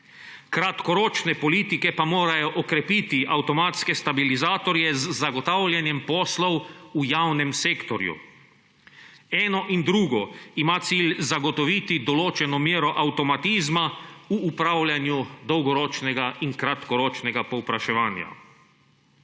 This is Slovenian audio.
kratkoročne politike pa morajo okrepiti avtomatske stabilizatorje z zagotavljanjem poslov v javnem sektorju. Eno in drugo ima cilj zagotoviti določeno mero avtomatizma v upravljanju dolgoročnega in kratkoročnega povpraševanja.